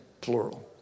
plural